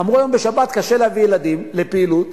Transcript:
אמרו: בשבת קשה להביא ילדים לפעילות.